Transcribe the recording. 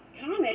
Thomas